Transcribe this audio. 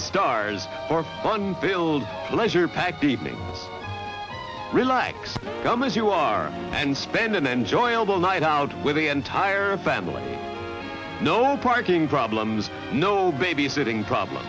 stars for a fun filled pleasure packed deep relax come as you are and spend an enjoyable night out with the entire family no parking problems no babysitting problem